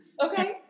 Okay